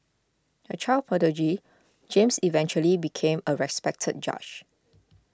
a child prodigy James eventually became a respected judge